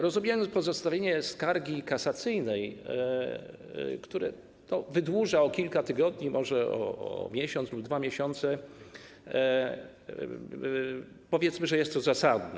Rozumiem pozostawienie skargi kasacyjnej, która wydłuża to o kilka tygodni, może o miesiąc lub 2 miesiące - powiedzmy, że jest to zasadne.